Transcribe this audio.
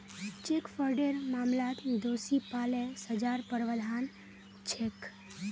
cheque फ्रॉडेर मामलात दोषी पा ल सजार प्रावधान छेक